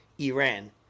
Iran